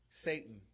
Satan